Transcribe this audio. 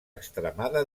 extremada